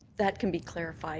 that can be clarified